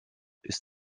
ist